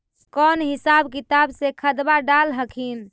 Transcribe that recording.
कौन हिसाब किताब से खदबा डाल हखिन?